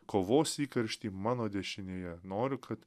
kovos įkaršty mano dešinėje noriu kad